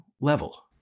level